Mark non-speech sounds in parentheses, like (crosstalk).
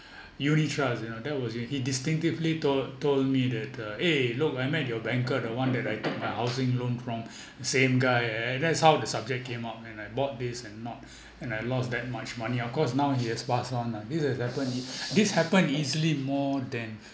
(breath) unit trust you know that was it he distinctively told told me that uh eh look I met your banker the one that I took my housing loan from (breath) same guy and that's how the subject came out when I bought this and not and I lost that much money of course now he has passed on lah this has happened ea~ this happened easily more than